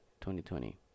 2020